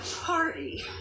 party